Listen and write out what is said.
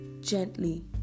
gently